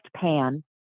pan